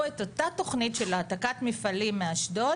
את אותה תוכנית של העתקת מפעלים מאשדוד,